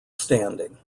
standing